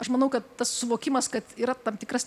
aš manau kad tas suvokimas kad yra tam tikras